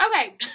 okay